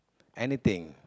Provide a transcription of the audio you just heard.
anything